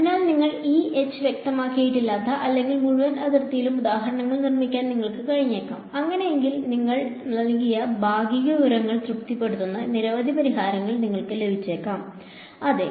അതിനാൽ നിങ്ങൾ വ്യക്തമാക്കിയിട്ടില്ലാത്ത അല്ലെങ്കിൽ മുഴുവൻ അതിർത്തിയിലും ഉദാഹരണങ്ങൾ നിർമ്മിക്കാൻ നിങ്ങൾക്ക് കഴിഞ്ഞേക്കാം അങ്ങനെയെങ്കിൽ നിങ്ങൾ നൽകിയ ഭാഗിക വിവരങ്ങൾ തൃപ്തിപ്പെടുത്തുന്ന നിരവധി പരിഹാരങ്ങൾ നിങ്ങൾക്ക് ലഭിച്ചേക്കാം അതെ